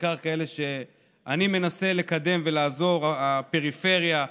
בעיקר כאלה שאני מנסה לקדם ולעזור להן: הפריפריה,